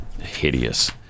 hideous